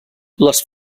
les